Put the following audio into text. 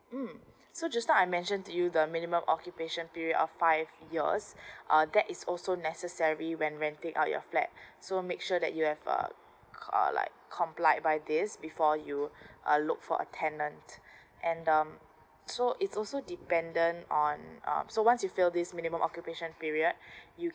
hmm so just now I mentioned to you the minimum occupation period of five years uh that is also necessary when renting out your flat so make sure that you have uh uh like comply by this before you uh look for a tenant and the so it's also dependent on um so once you fulfil this minimum occupation period you